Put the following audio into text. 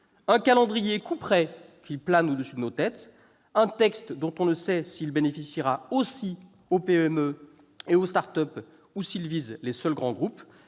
un calendrier couperet qui plane au-dessus de nos têtes, un texte dont on ne sait s'il bénéficiera aussi aux PME et aux start-up ou s'il vise les seuls grands groupes